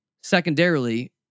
secondarily